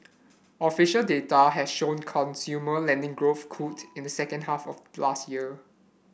official data has shown consumer lending growth cooled in the second half of last year